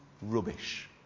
rubbish